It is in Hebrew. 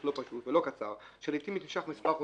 לא פשוט ולא קצר שלעתים מתמשך מספר חודשים.